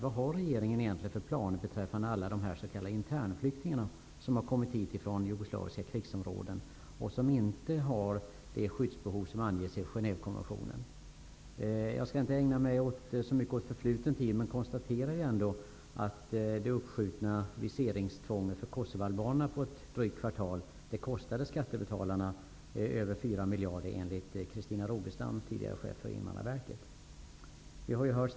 Vad har regeringen egentligen för planer beträffande alla de s.k. internflyktingar som har kommit hit från jugoslaviska krigsområden och som inte har det skyddsbehov som anges i Genèvekonventionen? Jag skall inte ägna mig åt förfluten tid, men jag konstaterar ändå att viseringstvånget för kosovoalbaner, som uppsköts i drygt ett kvartal, kostade skattebetalarna över 4 miljarder, enligt den tidigare chefen för Invandrarverket, Christina Rogestam.